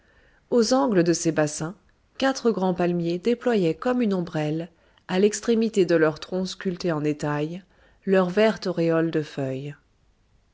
aux angles de ces bassins quatre grands palmiers déployaient comme une ombrelle à l'extrémité de leur tronc sculpté en écailles leur verte auréole de feuilles